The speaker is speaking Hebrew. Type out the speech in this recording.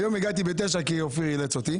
היום הגעתי בתשע כי אופיר אילץ אותי.